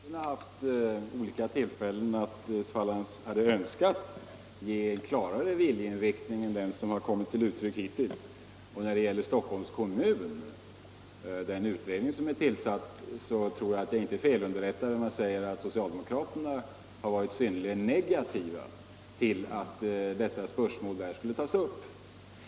Herr talman! Bostadsministern har haft olika tillfällen att, om han så hade önskat, ange en klarare viljeinriktning än den som kommit till uttryck hittills. När det gäller den utredning som Stockholms kommun tillsatt tror jag inte att jag har fel om jag säger att socialdemokraterna har varit synnerligen negativa till att detta spörsmål skulle tas upp.